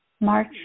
March